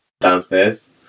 downstairs